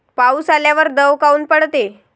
पाऊस आल्यावर दव काऊन पडते?